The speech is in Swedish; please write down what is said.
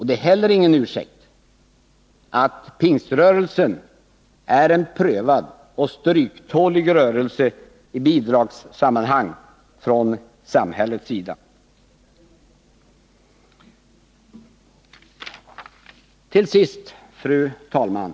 Det är ingen ursäkt att Pingströrelsen är en prövad men stryktålig rörelse i de sammanhang då det gäller bidrag från samhällets sida. Till sist, fru talman!